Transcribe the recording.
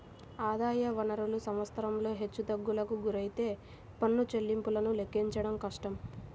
ఆదాయ వనరులు సంవత్సరంలో హెచ్చుతగ్గులకు గురైతే పన్ను చెల్లింపులను లెక్కించడం కష్టం